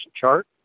chart